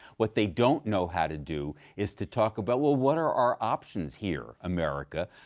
what they don't know how to do is to talk about, well, what are our options here, america?